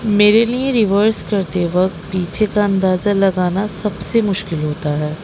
میرے لیے ریورس کرتے وقت پیچھے کا اندازہ لگانا سب سے مشکل ہوتا ہے